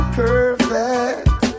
perfect